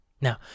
Now